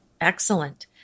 Excellent